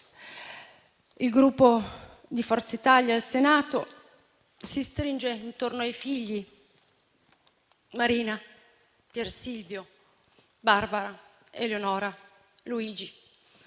Il Gruppo Forza Italia al Senato si stringe intorno ai figli, Marina, Pier Silvio, Barbara, Eleonora e Luigi,